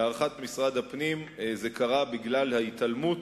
להערכת משרד הפנים זה קרה בגלל ההתעלמות